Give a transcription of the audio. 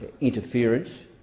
interference